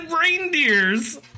reindeers